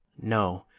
no,